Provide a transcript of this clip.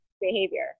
behavior